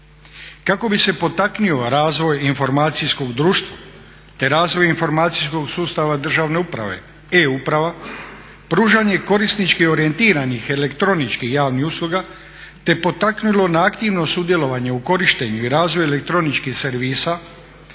Kako bi se potaknuo razvoj informacijskog društva, te razvoj informacijskog sustava državne uprave E-uprava pružanje korisnički orijentiranih elektroničkih javnih usluga, te potaknulo na aktivno sudjelovanje u korištenju i razvoju elektroničkih servisa